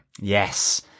Yes